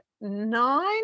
nine